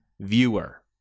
viewer